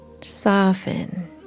Soften